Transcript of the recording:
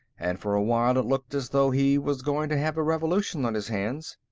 and for a while it looked as though he was going to have a revolution on his hands,